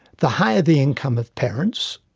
the higher the income of parents,